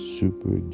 super